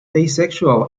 asexual